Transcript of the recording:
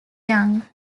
young